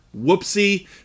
Whoopsie